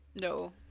No